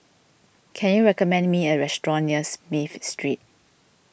can you recommend me a restaurant near Smith Street